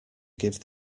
give